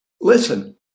Listen